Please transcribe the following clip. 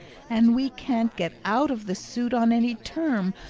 and we can't get out of the suit on any terms,